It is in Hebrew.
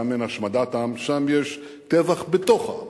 שם אין השמדת עם, שם יש טבח בתוך העם,